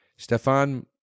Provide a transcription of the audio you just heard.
Stefan